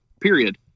period